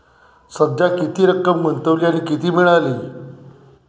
सध्या किती रक्कम गुंतवली आणि किती मिळाली